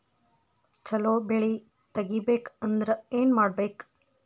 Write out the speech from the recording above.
ಛಲೋ ಬೆಳಿ ತೆಗೇಬೇಕ ಅಂದ್ರ ಏನು ಮಾಡ್ಬೇಕ್?